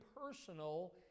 personal